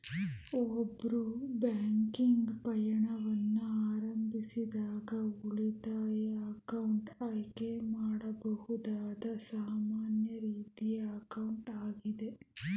ಒಬ್ರು ಬ್ಯಾಂಕಿಂಗ್ ಪ್ರಯಾಣವನ್ನ ಪ್ರಾರಂಭಿಸಿದಾಗ ಉಳಿತಾಯ ಅಕೌಂಟ್ ಆಯ್ಕೆ ಮಾಡಬಹುದಾದ ಸಾಮಾನ್ಯ ರೀತಿಯ ಅಕೌಂಟ್ ಆಗೈತೆ